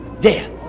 Death